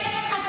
אני אסביר לך.